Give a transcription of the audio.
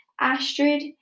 Astrid